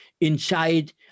inside